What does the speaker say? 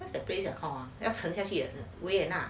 that's the place that call 要撑下去